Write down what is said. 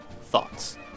thoughts